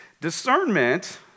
Discernment